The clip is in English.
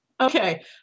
Okay